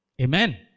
Amen